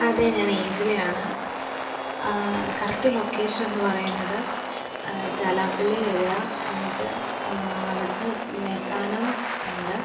അതേ ഞാൻ എയ്ഞ്ചലെയാണ് കറക്റ്റ് ലൊക്കേഷനൊന്ന് പറയുന്നത് ചാലാപ്പിള്ളി വരുക എന്നിട്ട് അവിടുന്ന് മേത്താനം ഉണ്ട്